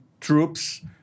troops